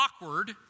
awkward